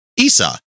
Esau